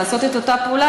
לעשות את אותה פעולה,